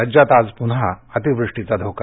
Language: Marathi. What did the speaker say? राज्यात आज पून्हा अतिवृष्टीचा धोका